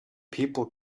people